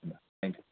thank you